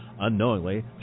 Unknowingly